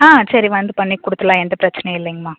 ஆ சரி வந்து பண்ணிக் கொடுத்துர்லாம் எந்த பிரச்சனையும் இல்லைங்கம்மா